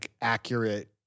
accurate